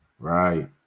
Right